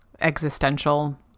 existential